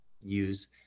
use